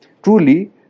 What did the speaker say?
truly